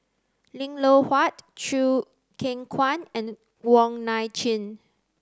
Lim Loh Huat Choo Keng Kwang and Wong Nai Chin